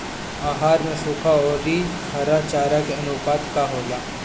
आहार में सुखा औरी हरा चारा के आनुपात का होला?